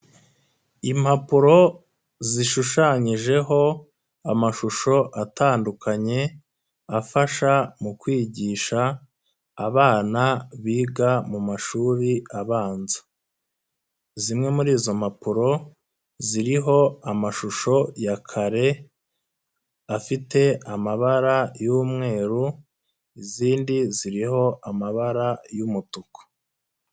Impapuro zishushanyijeho amashusho atandukanye, afasha mu kwigisha abana biga mu mashuri abanza. Zimwe muri izo mpapuro ziriho amashusho ya kare afite amabara y'umweru, izindi ziriho amabara y'umutuku.